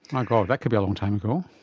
my god, that could be a long time ago.